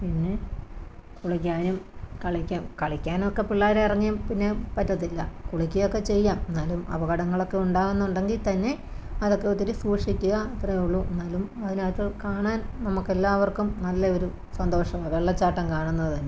പിന്നെ കുളിക്കാനും കളിക്കാം കളിക്കാനുമൊക്കെ പിള്ളേരിറങ്ങി പിന്നെ പറ്റത്തില്ല കുളിക്കുകയൊക്കെ ചെയ്യാം എന്നാലും അപകടങ്ങളൊക്ക ഉണ്ടാകുന്നുണ്ടെങ്കില്ത്തന്നെ അതൊക്കെ ഒത്തിരി സൂക്ഷിക്കുക അത്രേ ഉള്ളു എന്നാലും അതിനകത്ത് കാണാൻ നമുക്കെല്ലാവർക്കും നല്ല ഒരു സന്തോഷമാണ് വെള്ളച്ചാട്ടം കാണുന്നത് തന്നെ